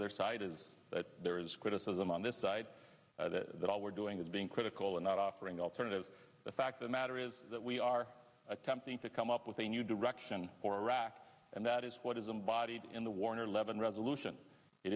other side is that there is criticism on this side that all we're doing is being critical and not offering alternatives the fact the matter is that we are attempting to come up with a new direction for iraq and that is what is embodied in the warner levin resolution it